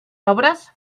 obres